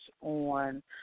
on